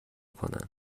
کنن